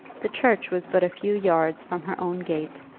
the church was but a few yards from her own gate,